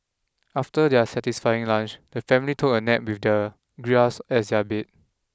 after their satisfying lunch the family took a nap with the grass as their bed